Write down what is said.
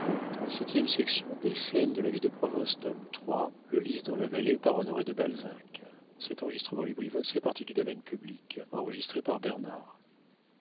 vii scènes de la vie de province tome iii author honoré de balzac